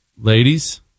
Ladies